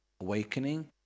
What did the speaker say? awakening